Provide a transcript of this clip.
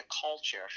culture